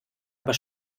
aber